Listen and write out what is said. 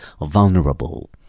vulnerable